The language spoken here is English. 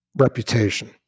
reputation